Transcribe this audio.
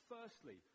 Firstly